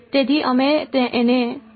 તેથી અમે તેને માત્ર માં સમાઈ લીધું છે